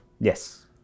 Yes